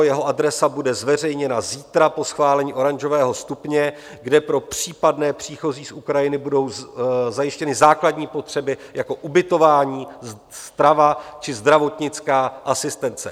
Jeho adresa bude zveřejněna zítra po schválení oranžového stupně, kde pro případné příchozí z Ukrajiny budou zajištěny základní potřeby jako ubytování, strava či zdravotnická asistence.